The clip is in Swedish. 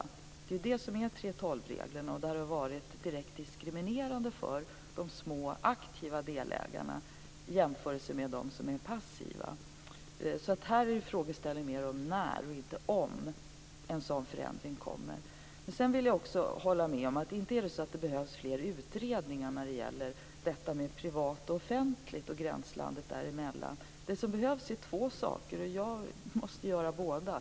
Det är ju det som är 3:12-reglerna, som ju har varit direkt diskriminerande för de små och aktiva delägarna i förhållande till dem som är passiva. Här är frågeställningen snarare när än om en sådan förändring kommer. Sedan vill jag också hålla med om att det inte behövs fler utredningar när det gäller privat och offentligt och gränslandet däremellan. Det som behövs är två saker, och jag måste göra båda.